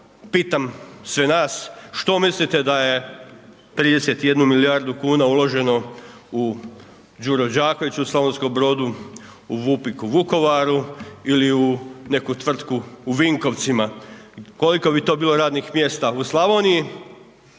pitam sve nas, što mislite da je 31 milijardu kuna uloženo u Đuro Đaković u Slavonskom Brodu, u Vupik u Vukovaru ili u neku tvrtku u Vinkovcima. Koliko bi to bilo radnih mjesta u Slavoniji?